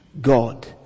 God